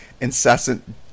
incessant